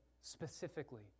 specifically